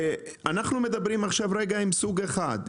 אנחנו מדברים עכשיו עם סוג אחד.